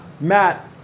Matt